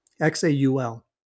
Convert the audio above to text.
X-A-U-L